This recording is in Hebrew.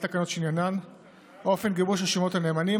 תקנות שעניינן אופן גיבוש רשימות הנאמנים,